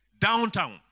downtown